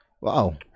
wow